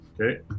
Okay